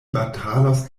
batalos